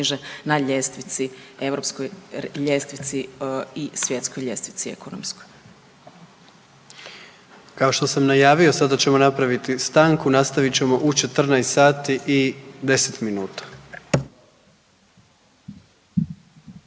na ljestvici europskoj ljestvici i svjetskoj ljestvici ekonomskoj. **Jandroković, Gordan (HDZ)** Kao što sam najavio sada ćemo napraviti stanku. Nastavit ćemo u 14 sati i 10 minuta.